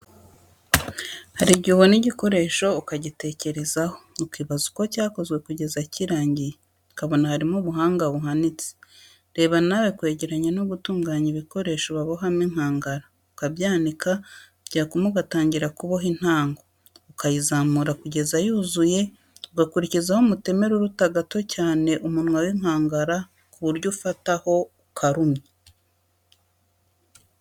Hari igihe ubona igikoresho ukagitekerezaho, ukibaza uko cyakozwe kugeza kirangiye, ukabona harimo ubuhanga buhanitse, reba nawe kwegeranya no gutunganya ibikoresho babohamo inkangara, ukabyanika byakuma ugatangira kuboha intango, ukayizamura kugeza yuzuye, ugakurikizaho umutemeri uruta gato cyane umunwa w'inkangara ku buryo ufataho, ukarumya.